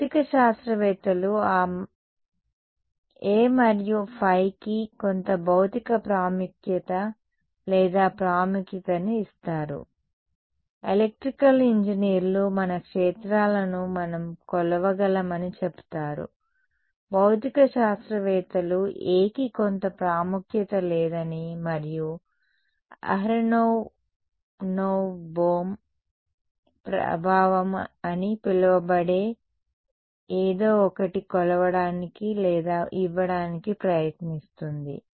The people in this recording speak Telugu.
భౌతిక శాస్త్రవేత్తలు A మరియు ϕ కి కొంత భౌతిక ప్రాముఖ్యత లేదా ప్రాముఖ్యతను ఇస్తారు ఎలక్ట్రికల్ ఇంజనీర్లు మన క్షేత్రాలను మనం కొలవగలమని చెబుతారు భౌతిక శాస్త్రవేత్తలు A కి కొంత ప్రాముఖ్యత లేదని మరియు అహరోనోవ్ బోమ్ ప్రభావం అని పిలవబడేది ఏదో ఒకటి కొలవడానికి లేదా ఇవ్వడానికి ప్రయత్నిస్తుంది